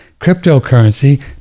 cryptocurrency